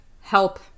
help